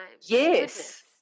Yes